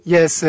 Yes